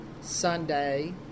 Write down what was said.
Sunday